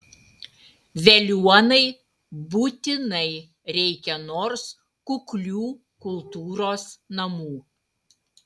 veliuonai būtinai reikia nors kuklių kultūros namų